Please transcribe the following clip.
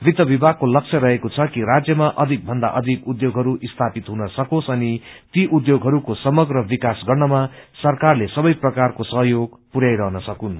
वित्त विभागको तक्ष्य रहेको छ कि राज्यमा अधिकभन्दा अधिक उद्योगहरू स्थापित हुन सकोस् अनि ती उद्योगहरूको समग्र विकास गर्नमा सरकारले सबै प्रकारको सहयोग पुरयाइ रहन सकून्